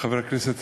חבר הכנסת